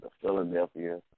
Philadelphia